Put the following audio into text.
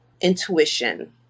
intuition